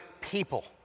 people